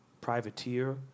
privateer